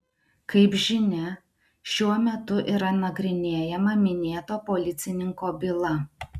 kaip žinia šiuo metu yra nagrinėjama minėto policininko byla